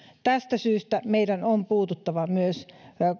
tästä syystä meidän on puututtava myös